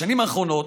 בשנים האחרונות,